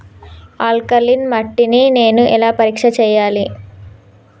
Alkaline మట్టి ని నేను ఎలా పరీక్ష చేయాలి?